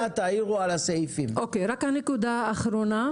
נקודה אחרונה: